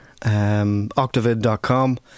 Octavid.com